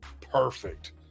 perfect